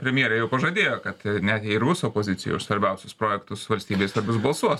premjerė jau pažadėjo kad net jei ir bus opozicijoj už svarbiausius projektus valstybei svarbius balsuos